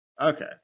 Okay